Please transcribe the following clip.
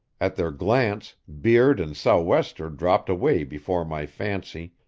at their glance, beard and sou'wester dropped away before my fancy,